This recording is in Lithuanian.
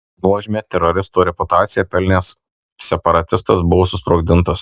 nuožmią teroristo reputaciją pelnęs separatistas buvo susprogdintas